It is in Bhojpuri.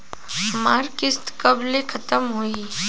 हमार किस्त कब ले खतम होई?